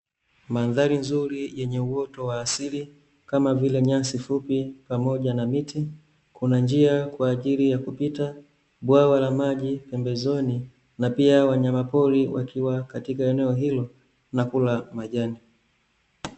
Mandhari nzuri yenye uoto wa asili kama vile nyasi fupi, pamoja na miti, kuna njia kwaajili ya kupita, bwawa la maji pembezoni, na pia wanyama pori wakiwa katika eneo hilo, na kula majani.